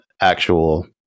actual